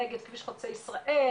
ונגד כביש חוצה ישראל,